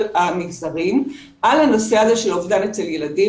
המגזרים על הנושא הזה של אובדן אצל ילדים.